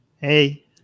Hey